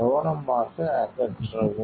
கவனமாக அகற்றவும்